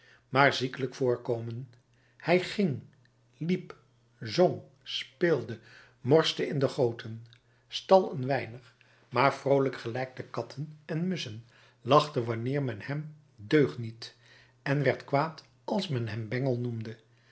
maar ziekelijk voorkomen hij ging liep zong speelde morste in de goten stal een weinig maar vroolijk gelijk de katten en musschen lachte wanneer men hem deugniet en werd kwaad als men hem bengel noemde